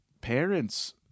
parents